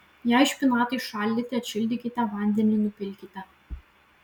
jei špinatai šaldyti atšildykite vandenį nupilkite